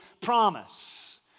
promise